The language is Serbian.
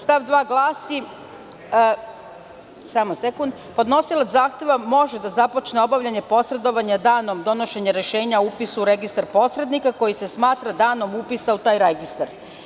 Stav 2. glasi: „Podnosilac zahteva može da započne obavljanje posredovanja danom donošenja rešenja o upisu u Registar posrednika, koji se smatra danom upisa u taj registar“